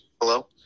Hello